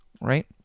right